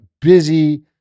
busy